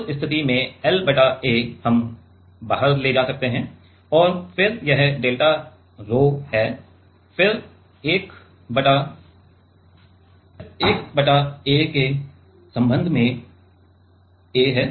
तो उस स्थिति में L बटा A हम बाहर ले जा सकते हैं और फिर यह डेल्टा रोह 𝛒 है और फिर 1 बटा A के संबंध में A है